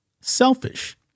selfish